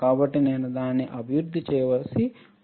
కాబట్టి నేను దానిని అభివృద్ధి చేయాల్సి వచ్చింది